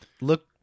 Look